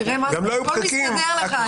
תראה מה זה, הכול מסתדר לך.